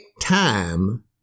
time